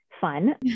fun